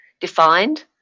defined